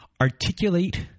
articulate